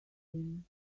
him